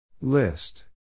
List